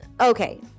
okay